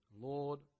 Lord